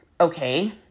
okay